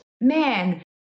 man